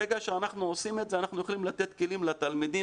ברגע שאנחנו עושים את זה אנחנו יכולים לתת כלים לתלמידים